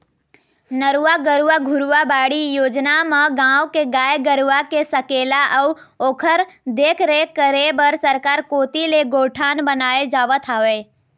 नरूवा, गरूवा, घुरूवा, बाड़ी योजना म गाँव के गाय गरूवा के सकेला अउ ओखर देखरेख करे बर सरकार कोती ले गौठान बनाए जावत हवय